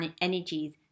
energies